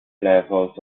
levels